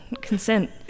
consent